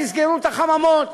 תסגרו את החממות,